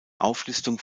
auflistung